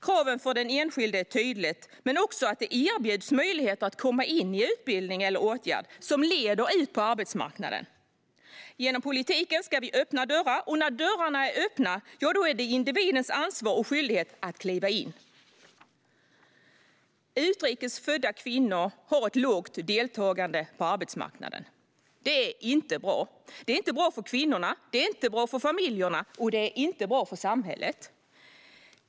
Kraven på den enskilde är tydliga, men det är också kraven på att det erbjuds möjlighet att komma i utbildning eller åtgärd som leder ut på arbetsmarknaden. Genom politiken ska vi öppna dörrar. När dörrarna är öppna är det individens ansvar och skyldighet att kliva in. Utrikes födda kvinnor har ett lågt deltagande på arbetsmarknaden. Det är inte bra. Det är inte bra för kvinnorna, det är inte bra för familjerna och det är inte bra för samhället.